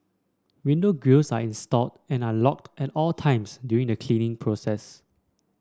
window grilles are installed and are locked at all times during the cleaning process